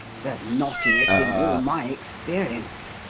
the knottiest in all my experience,